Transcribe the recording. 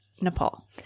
nepal